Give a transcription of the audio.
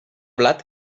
blat